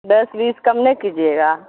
دس بیس کم نہیں کیجیے گا